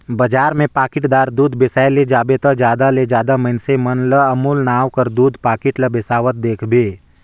बजार में पाकिटदार दूद बेसाए ले जाबे ता जादा ले जादा मइनसे मन ल अमूल नांव कर दूद पाकिट ल बेसावत देखबे